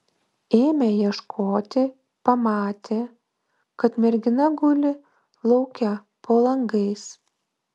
ėmę ieškoti pamatę kad mergina guli lauke po langais